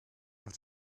auf